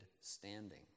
standing